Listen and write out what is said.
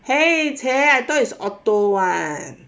!hey! !chey! I thought is auto [one]